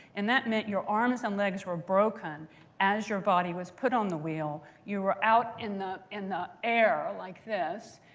and that meant your arms and legs were broken as your body was put on the wheel. you were out in the in the air like this,